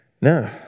No